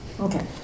Okay